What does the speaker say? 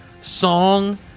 song